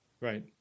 Right